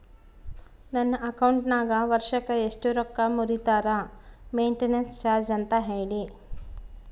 ನನ್ನ ಅಕೌಂಟಿನಾಗ ವರ್ಷಕ್ಕ ಎಷ್ಟು ರೊಕ್ಕ ಮುರಿತಾರ ಮೆಂಟೇನೆನ್ಸ್ ಚಾರ್ಜ್ ಅಂತ ಹೇಳಿ?